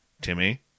Timmy